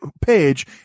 page